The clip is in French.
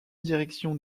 directions